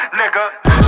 nigga